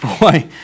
Boy